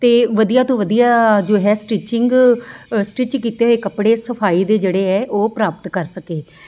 ਅਤੇ ਵਧੀਆ ਤੋਂ ਵਧੀਆ ਜੋ ਹੈ ਸਟਿਚਿੰਗ ਸਟਿਚ ਕੀਤੇ ਹੋਏ ਕੱਪੜੇ ਸਫਾਈ ਦੇ ਜਿਹੜੇ ਹੈ ਉਹ ਪ੍ਰਾਪਤ ਕਰ ਸਕੇ